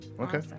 okay